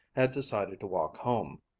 had decided to walk home.